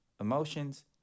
emotions